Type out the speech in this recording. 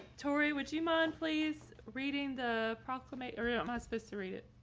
tory would you mind please, reading the proclamation or am i supposed to read it?